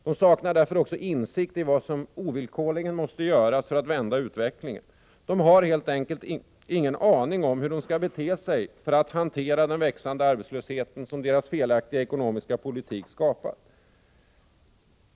De saknar därför också insikt i vad som ovillkorligen måste göras för att vända utvecklingen. De har helt enkelt ingen aning om hur de skall bete sig för att hantera den växande arbetslöshet som deras felaktiga politik skapat.